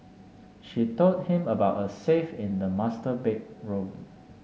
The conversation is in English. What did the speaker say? she told him about a safe in the master bedroom